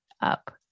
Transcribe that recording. up